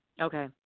Okay